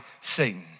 Satan